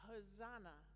Hosanna